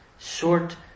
Short